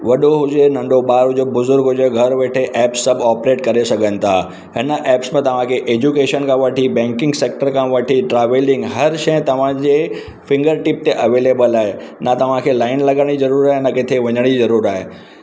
वॾो हुजे नंढो ॿार हुजे बुज़ुर्ग हुजे घरु वेठे एप सभु ऑपरेट करे सघनि था हिन एप्स में तव्हांखे एजुकेशन खां वठी बैंकिंग सेक्टर खां वठी ट्रैवलिंग हर शइ तव्हांजे फिंगर टीप ते अवेलेबल आहे न तव्हांखे लाइन लगण जी ज़रूरु आहे न किथे वञण जी ज़रूरु आहे